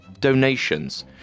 donations